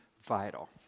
vital